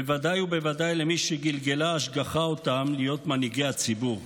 בוודאי ובוודאי למי שגלגלה ההשגחה אותם להיות מנהיגי הציבור.